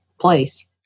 place